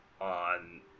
on